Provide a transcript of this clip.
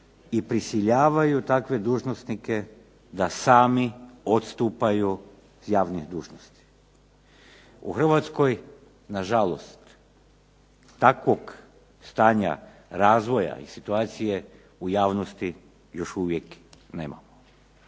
i prisiljavaju takve dužnosnike da sami odstupaju s javnih dužnosti. U Hrvatskoj nažalost takvog stanja razvoja i situacije u javnosti još uvijek nema.